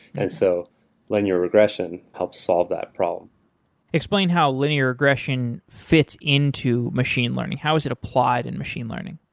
and so linear regression helps solve that problem explain how linear regression fits into machine learning? how is it applied in machine learning?